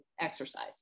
exercise